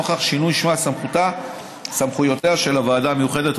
נוכח שינוי שמה וסמכויותיה של הוועדה המיוחדת.